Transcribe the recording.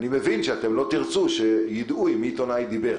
אני מבין שאתם לא תרצו שידעו עם מי עיתונאי דיבר.